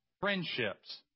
friendships